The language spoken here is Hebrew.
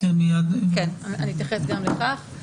אתייחס גם לכך.